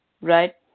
right